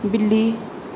بلی